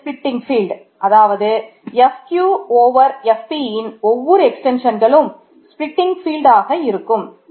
இது ஸ்பிலிட்டிங் ஆக இருக்கும்